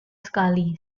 sekali